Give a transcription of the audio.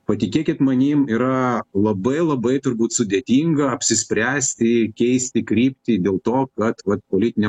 patikėkit manim yra labai labai turbūt sudėtinga apsispręsti keisti kryptį dėl to kad vat politinė